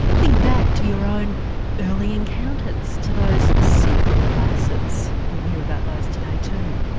think back to your own early encounters, to those secret places. you'll hear about those today too.